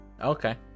Okay